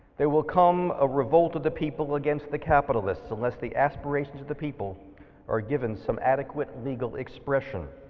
there will come a revolt of the people against the capitalists unless the aspirations of the people are given some adequate legal expression.